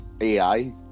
AI